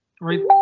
right